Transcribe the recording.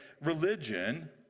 religion